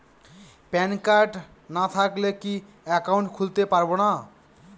Pan card না থাকলে কি একাউন্ট খুলতে পারবো না?